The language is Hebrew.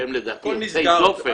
שהם לדעתי יוצאי דופן,